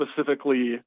specifically